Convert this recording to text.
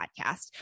podcast